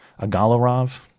Agalarov